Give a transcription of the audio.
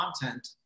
content